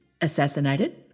assassinated